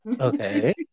Okay